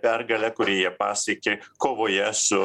pergalę kurį jie pasiekė kovoje su